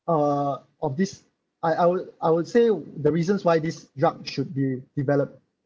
uh of this I I would I would say the reasons why this drug should be developed